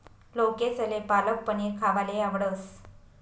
लोकेसले पालक पनीर खावाले आवडस